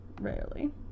Rarely